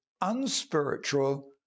unspiritual